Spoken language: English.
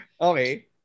Okay